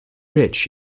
rich